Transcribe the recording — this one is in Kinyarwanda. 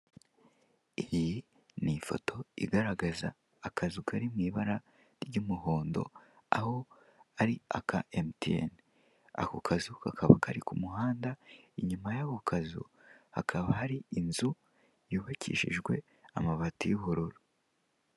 Iyi ni ifoto igaragaza akazu kari mu ibara ry'umuhondo, aho ari aka emutiyene. Ako kazu kakaba kari ku muhanda, inyuma y'ako kazu hakaba hari inzu yubakishijwe amabati y'ubururu.